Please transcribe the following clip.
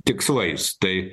tikslais tai